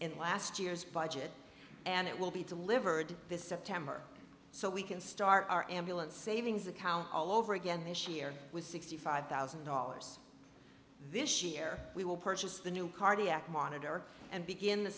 in last year's budget and it will be delivered this september so we can start our ambulance savings account all over again this year with sixty five thousand dollars this year we will purchase the new cardiac monitor and begin the